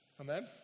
Amen